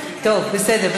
טוב, בסדר.